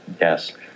Yes